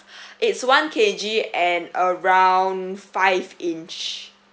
it's one K_G and around five inch